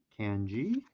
Kanji